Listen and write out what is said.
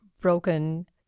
Broken